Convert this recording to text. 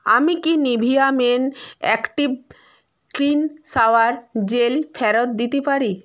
আমি কি Nivea men active clean shower gel ফেরত দিতে পারি